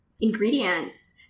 ingredients